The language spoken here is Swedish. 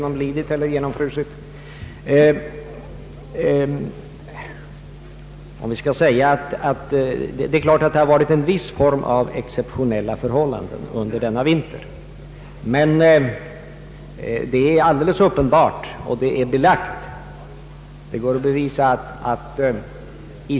Enligt Kungl. Maj:ts förslag skulle mellanskolan — arbetsnamnet för den nya skolform som den 1 juli 1971 skulle ersätta fackskola, gymnasium och yrkesskola — erhålla primärkommunalt huvudmannaskap.